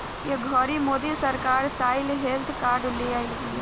ए घड़ी मोदी सरकार soil health card ले आइल बिया